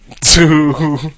two